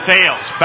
Fails